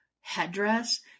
headdress